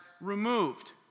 removed